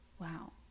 Wow